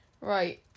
Right